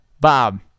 bob